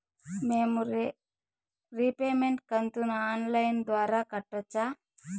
మేము రీపేమెంట్ కంతును online ద్వారా కట్టొచ్చా